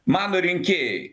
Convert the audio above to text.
mano rinkėjai